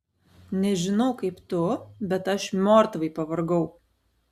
nežinau kaip tu bet aš miortvai pavargau